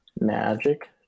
Magic